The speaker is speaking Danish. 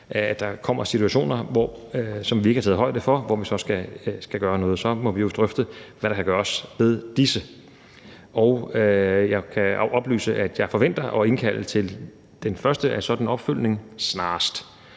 at der kommer situationer, som vi ikke har taget højde for, og hvor vi så skal gøre noget. Så må vi jo drøfte, hvad der kan gøres ved disse. Jeg kan oplyse, at jeg forventer at indkalde til det første af sådan et opfølgningsmøde snarest.